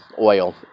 oil